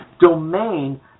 domain